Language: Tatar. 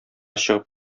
чыгып